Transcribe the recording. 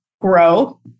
grow